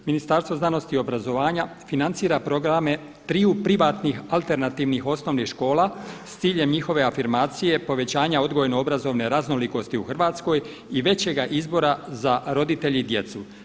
Ministarstvo znanosti i obrazovanja financira programe triju privatnih alternativnih osnovnih škola s ciljem njihove afirmacije povećanja odgojno-obrazovne raznolikosti u Hrvatskoj i većega izbora za roditelje i djecu.